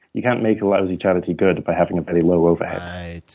you can't make a lousy charity good by having a very low overhead. right,